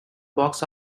box